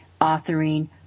authoring